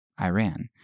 Iran